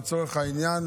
לצורך העניין,